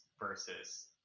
versus